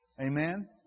Amen